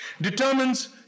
determines